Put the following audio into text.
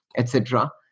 etc.